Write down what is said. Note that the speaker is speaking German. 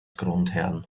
grundherrn